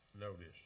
notice